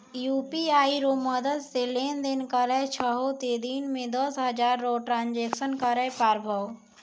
UPI रो मदद से लेनदेन करै छहो तें दिन मे दस हजार रो ट्रांजेक्शन करै पारभौ